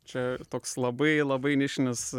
čia toks labai labai nišinis